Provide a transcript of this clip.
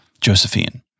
Josephine